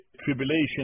tribulation